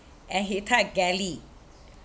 and he typed galley